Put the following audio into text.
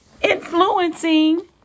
influencing